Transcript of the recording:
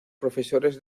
profesores